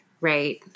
Right